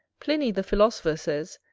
pliny the philosopher says,